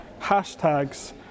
hashtags